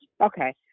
Okay